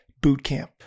Bootcamp